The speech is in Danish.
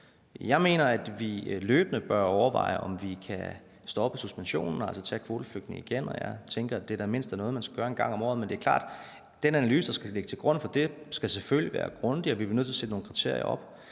Jeg mener, at vi løbende bør overveje, om vi kan stoppe suspensionen, altså at tage kvoteflygtninge igen, og jeg tænker, at det da i det mindste er noget, man skal gøre en gang om året. Men det er klart, at den analyse, der skal ligge til grund for det, selvfølgelig skal være grundig, og vi bliver nødt til at sætte nogle kriterier op.